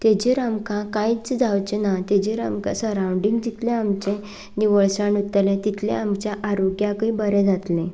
ताचेर आमकां कांयच जावचें ना ताचेर आमकां सरांवडींग जितलें आमचें निवळसाण उरतलें तितलें आमच्या आरोग्याकय बरें जातलें